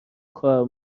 کار